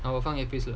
好我放 earpiece 了